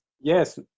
Yes